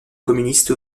communiste